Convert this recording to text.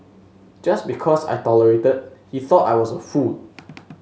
just because I tolerated he thought I was a fool